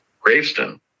gravestone